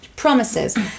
promises